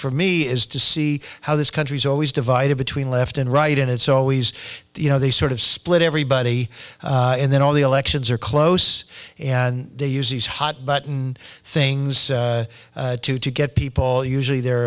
for me is to see how this country is always divided between left and right and it's always you know they sort of split everybody and then all the elections are close and they use these hot button things to to get people usually the